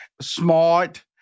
smart